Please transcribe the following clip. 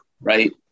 right